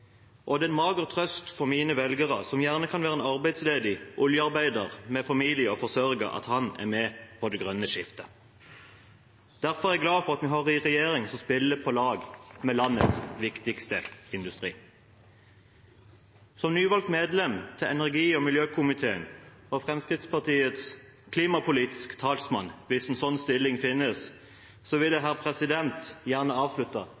skipsverft. Det er en mager trøst for mine velgere, som gjerne kan være en arbeidsledig oljearbeider med familie å forsørge, at de er med på det grønne skiftet. Derfor er jeg glad for at vi har en regjering som spiller på lag med landets viktigste industri. Som nyvalgt medlem i energi- og miljøkomiteen og Fremskrittspartiets klimapolitiske talsmann – hvis en sånn stilling finnes – vil jeg gjerne avslutte